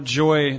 joy